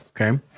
okay